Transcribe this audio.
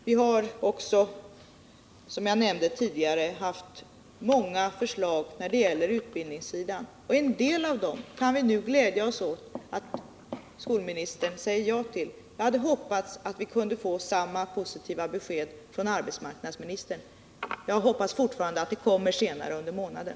Vi har också, som jag nämnde förut, haft många förslag när det gäller utbildningssidan, och vi kan nu glädja oss åt att skolministern säger ja till en del av dem. Jag hade hoppats att vi skulle kunna få samma positiva besked från arbetsmarknadsministern, och jag hoppas fortfarande att det kommer senare under månaden.